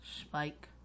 Spike